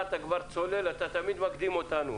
1,000 נוסעים בשבוע,